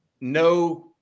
no